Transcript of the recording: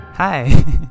Hi